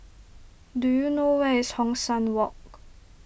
do you know where is Hong San Walk